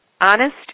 honest